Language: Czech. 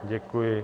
Děkuji.